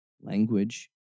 language